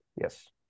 Yes